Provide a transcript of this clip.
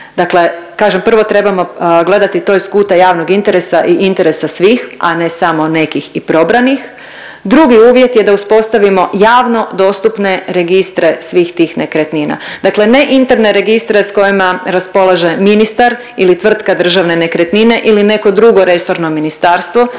Dakle, kaže prvo trebamo gledati to iz kuta javnog interesa i interesa svih, a ne samo nekih i probranih. Drugi uvjet je da uspostavimo javno dostupne registre svih tih nekretnine, dakle ne interne registre s kojima raspolaže ministar ili tvrtka Državne nekretnine ili neko drugo resorno ministarstvo